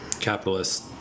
capitalist